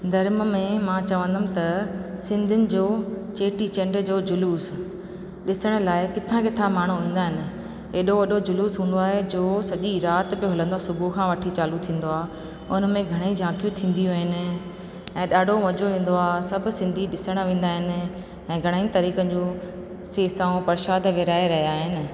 धर्म में मां चवंदमि त सिंधियुनि जो चेटीचंड जो जुलुस ॾिसण लाइ किथा किथा माण्हू ईंदा आहिनि अहिड़ो वॾो जुलुस हूंदो आहे जो सॼी राति पियो हलंदो सुबुह खां वठी चालू थींदो आहे उन में घणेई झाकियूं थींदियूं आहिनि ऐं ॾाढो मज़ो ईंदो आहे सभु सिंधी ॾिसणु वेंदा आहिनि ऐं घणेई तरीक़नि जो सेसा ऐं परसाद विरिहाए रहिया आहिनि